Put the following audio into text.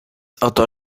oto